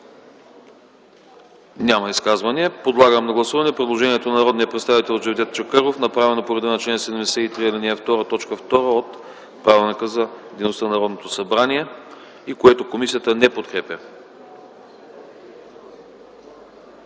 Няма изказвания. Подлагам на гласуване предложението на народния представител Джевдет Чакъров направено по реда на чл. 73, ал. 2, т. 2 от Правилника за дейността на Народното събрание, което комисията не подкрепя.